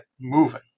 moving